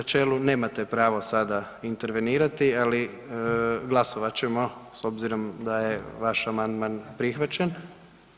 U načelu nemate pravo sada intervenirati, ali glasovat ćemo s obzirom da je vaš amandman prihvaćen.